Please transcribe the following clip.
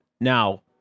Now